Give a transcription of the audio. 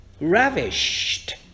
ravished